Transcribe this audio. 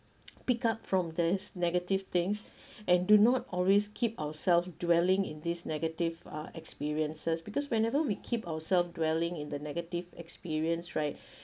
pick up from these negative things and do not always keep ourself dwelling in this negative uh experiences because whenever we keep ourselves dwelling in the negative experience right